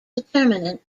determinant